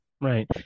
Right